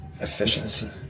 efficiency